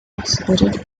exhibited